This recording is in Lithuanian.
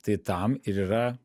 tai tam ir yra